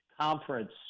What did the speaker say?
conference